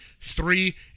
three